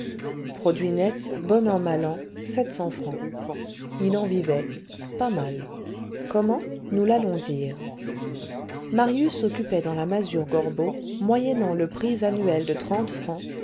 produit net bon an mal an sept cents francs il en vivait pas mal comment nous l'allons dire marius occupait dans la masure gorbeau moyennant le prix annuel de trente francs